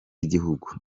y’igihugu